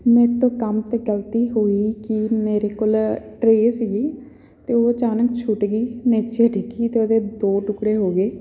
ਮੇਰੇ ਤੋਂ ਕੰਮ 'ਤੇ ਗਲਤੀ ਹੋਈ ਕਿ ਮੇਰੇ ਕੋਲ ਟਰੇਅ ਸੀਗੀ ਅਤੇ ਉਹ ਅਚਾਨਕ ਛੁੱਟ ਗਈ ਨੀਚੇ ਡਿੱਗੀ ਅਤੇ ਉਹਦੇ ਦੋ ਟੁਕੜੇ ਹੋ ਗਏ